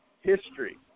History